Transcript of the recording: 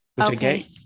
Okay